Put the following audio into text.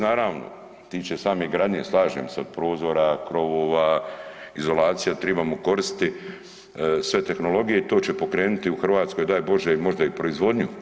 Naravno tiče same gradnje slažem se od prozora, krovova, izolacija tribamo koristiti sve tehnologije i to će pokrenuti u Hrvatskoj daj Bože možda i proizvodnju.